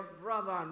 Brother